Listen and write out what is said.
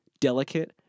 delicate